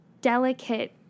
delicate